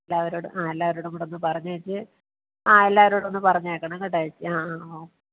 എല്ലാവരോടും ആ എല്ലാവരോടും കൂടെ ഒന്ന് പറഞ്ഞേച്ച് ആ എല്ലാവരോടും ഒന്ന് പറഞ്ഞേക്കണം കേട്ടോ ചേച്ചി ആ ആ ഓ